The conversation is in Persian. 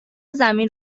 زمین